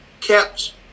kept